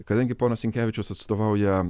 kadangi ponas sinkevičius atstovauja